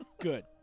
Good